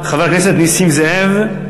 חבר הכנסת נסים זאב,